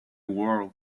world